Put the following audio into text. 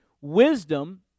Wisdom